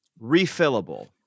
refillable